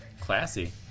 classy